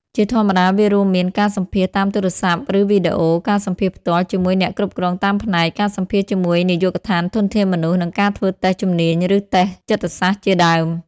ជាធម្មតាវារួមមាន ការសម្ភាសន៍តាមទូរស័ព្ទឬវីដេអូ ការសម្ភាសន៍ផ្ទាល់ជាមួយអ្នកគ្រប់គ្រងតាមផ្នែក ការសម្ភាសន៍ជាមួយនាយកដ្ឋានធនធានមនុស្ស និងការធ្វើតេស្តជំនាញ ឬតេស្តចិត្តសាស្ត្រជាដើម។